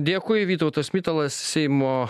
dėkui vytautas mitalas seimo